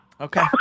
Okay